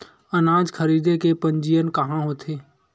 अनाज खरीदे के पंजीयन कहां होथे?